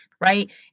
right